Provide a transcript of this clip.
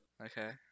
Okay